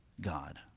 God